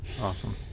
Awesome